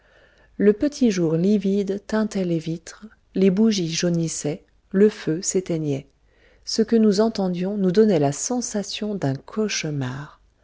le petit jour livide teintait les vitres les bougies jaunissaient le feu s'éteignait ce que nous entendions nous donnait la sensation d'un cauchemar